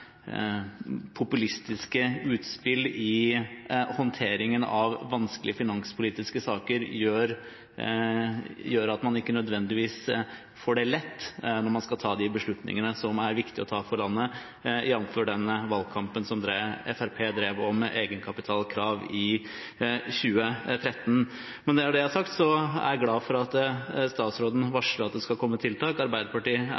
populistiske utspill i håndteringen av vanskelige finanspolitiske saker gjør at man ikke nødvendigvis får det lett når man skal ta de beslutningene som det er viktig å ta for landet, jf. den valgkampen som Fremskrittspartiet drev om egenkapitalkrav i 2013. Men når det er sagt, er jeg glad for at statsråden varsler at det skal komme tiltak. Arbeiderpartiet